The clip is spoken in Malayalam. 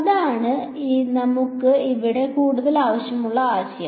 അതാണ് നമുക്ക് ഇവിടെ കൂടുതൽ ആവശ്യമുള്ള ആശയം